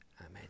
amen